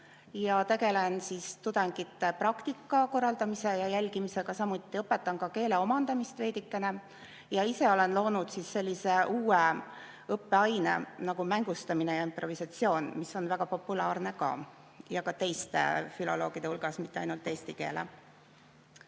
ja tegelen tudengite praktika korraldamise ja jälgimisega. Samuti õpetan keele omandamist veidikene. Olen loonud sellise uue õppeaine nagu mängustamine ja improvisatsioon, mis on väga populaarne ka teiste filoloogide hulgas, mitte ainult eesti keele.